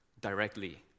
directly